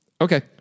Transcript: Okay